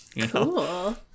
Cool